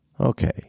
Okay